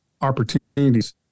opportunities